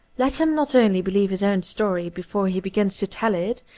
let him not only believe his own story before he begins to tell it,